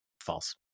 false